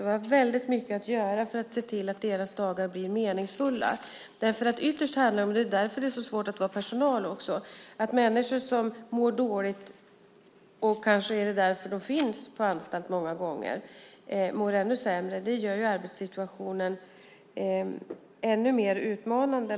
Vi har väldigt mycket att göra för att se till att deras dagar blir meningsfulla. Ytterst handlar det om - det är därför det är så svårt att vara personal också - att människor som mår dåligt - kanske är det därför de finns på anstalt många gånger - mår ännu sämre, och det gör arbetssituationen ännu mer utmanande.